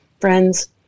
friends